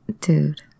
dude